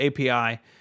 API